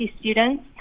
students